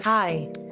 Hi